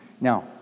Now